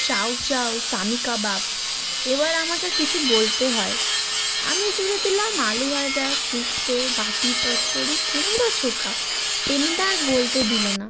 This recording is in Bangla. চাউচাউ সামি কাবাব এবার আমাকে কিছু বলতে হয় আমি জুড়ে দিলাম আলুভাজা শুক্তো বাটি চচ্চড়ি কুমড়ো চোখা টেনিদা আর বলতে দিল না